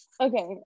Okay